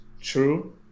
True